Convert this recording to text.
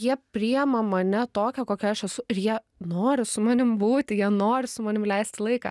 jie priima mane tokią kokia aš esu ir jie nori su manim būti jie nori su manim leisti laiką